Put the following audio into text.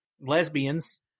lesbians